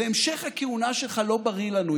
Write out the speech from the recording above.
והמשך הכהונה שלך לא בריא לנו.